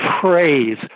praise